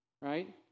right